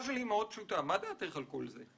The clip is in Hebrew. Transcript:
מה דעתך על כל זה?